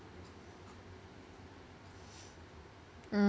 mm~